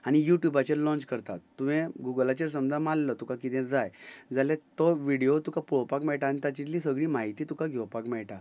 आनी युट्युबाचेर लॉंच करतात तुवें गुगलाचेर समजा मारलो तुका कितें जाय जाल्यार तो विडयो तुका पळोवपाक मेळटा आनी तातुंतली सगळी म्हायती तुका घेवपाक मेळटा